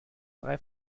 drei